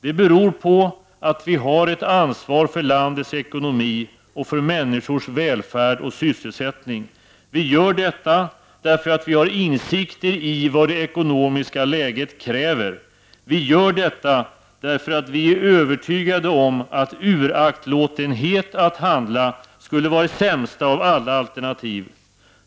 Det beror på att vi har ett ansvar för landets ekonomi och för människors välfärd och sysselsättning. Vi gör detta därför att vi har insikter i vad det ekonomiska läget kräver. Vi gör detta därför att vi är övertygade om att uraktlåtenhet att handla skulle vara det sämsta av alla alternativ.